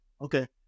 okay